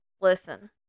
Listen